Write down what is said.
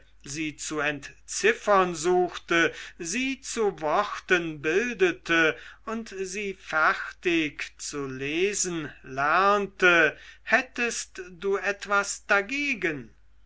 sie zu entziffern suchte sie zu worten bildete und sie fertig zu lesen lernte hättest du etwas dagegen